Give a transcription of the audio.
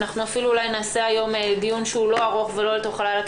אפילו אולי נעשה היום דיון לא ארוך ולא לתוך הלילה,